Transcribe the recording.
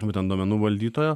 būtent duomenų valdytojo